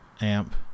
amp